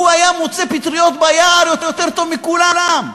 הוא היה מוצא פטריות ביער יותר טוב מכולם.